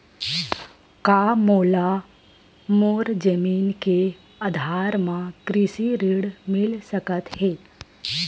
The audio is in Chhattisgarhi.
का मोला मोर जमीन के आधार म कृषि ऋण मिल सकत हे?